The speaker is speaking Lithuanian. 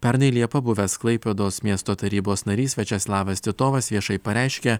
pernai liepą buvęs klaipėdos miesto tarybos narys viačeslavas titovas viešai pareiškė